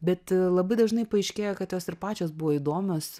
bet labai dažnai paaiškėja kad jos ir pačios buvo įdomios